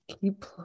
keep